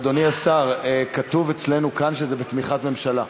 אדוני השר, כתוב אצלנו כאן שזה בתמיכת הממשלה,